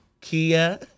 Kia